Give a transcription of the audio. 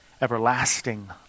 everlasting